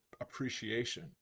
appreciation